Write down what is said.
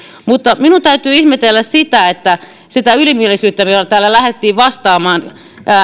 minun täytyy ihmetellä sitä ylimielisyyttä millä täällä lähdettiin vastaamaan